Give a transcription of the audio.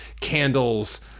candles